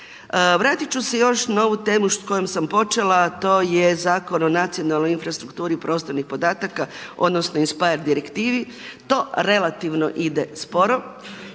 Vratiti ću se još na ovu temu s kojom sam počela a to je Zakon o nacionalnoj infrastrukturi i prostornih podataka, odnosno INSPIRE direktivi. To relativno ide sporo,